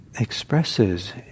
expresses